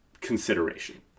consideration